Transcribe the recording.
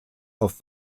auf